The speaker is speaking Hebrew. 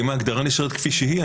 אם ההגדרה נשארת כפי שהיא,